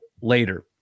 later